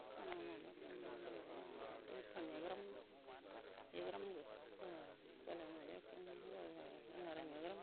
Salamu alaikum yauwa wute yagəramə ngu salamu alaikum yauwa munnaran yagəram